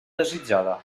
desitjada